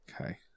Okay